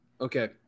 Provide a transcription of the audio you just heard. Okay